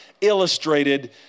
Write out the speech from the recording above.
illustrated